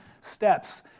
steps